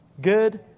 good